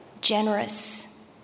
generous